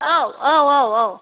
औ औ औ औ